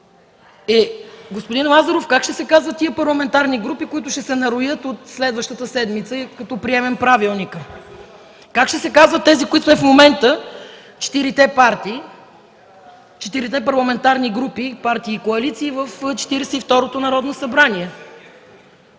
Господин Лазаров, как ще се казват тези парламентарни групи, които ще се нароят от следващата седмица, като приемем Правилника? Как ще се казват тези, които са в момента – четирите парламентарни групи, партии и коалиции в Четиридесет